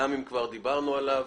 גם אם כבר דיברנו עליו,